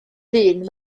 ddyn